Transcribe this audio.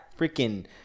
freaking